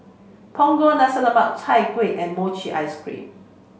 Punggol Nasi Lemak Chai Kuih and Mochi Ice Cream